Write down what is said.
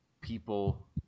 people